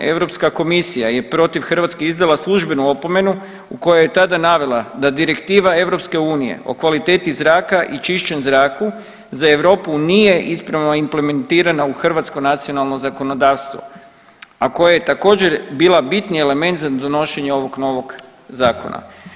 Europska komisija je protiv Hrvatske izdala službenu opomenu u kojoj je tada navela da Direktiva EU o kvaliteti zraka i čišćem zraku za Europu nije ispravno implementirana u hrvatsko nacionalno zakonodavstvo, a koja je također bila bitni element za donošenje ovog novog zakona.